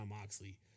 Moxley